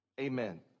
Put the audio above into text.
Amen